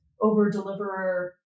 over-deliverer